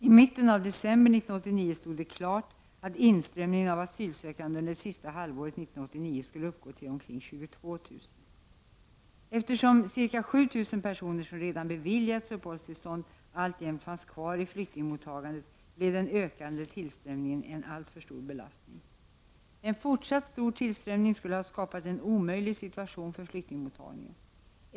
I mitten av december 1989 stod det klart att inströmningen av asylsökande under sista halvåret 1989 skulle uppgå till omkring 22 000. Eftersom ca 7 000 personer, som redan beviljats uppehållstillstånd, alltjämt fanns kvar i flyktingmottagandet blev den ökande tillströmningen en alltför stor belastning. En fortsatt hög tillströmning skulle ha skapat en omöjlig situation för flyktingmottagningen.